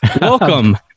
Welcome